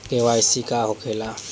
KYC का होखेला?